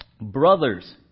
Brothers